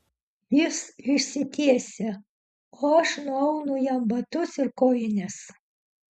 jis išsitiesia o aš nuaunu jam batus ir kojines